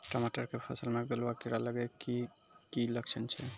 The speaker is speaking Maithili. टमाटर के फसल मे गलुआ कीड़ा लगे के की लक्छण छै